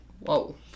Whoa